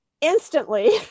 instantly